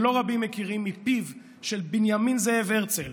שלא רבים מכירים, מפיו של בנימין זאב הרצל.